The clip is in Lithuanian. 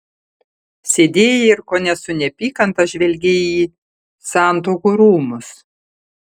sėdėjai ir kone su neapykanta žvelgei į santuokų rūmus